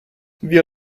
wir